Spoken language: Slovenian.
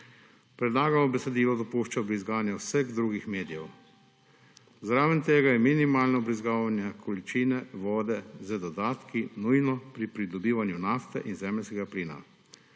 Predlagano besedilo dopušča vbrizgavanje vseh drugih medijev. Zraven tega je minimalno vbrizgavanje količine vode z dodatki nujno pri pridobivanju nafte in zemeljskega plina.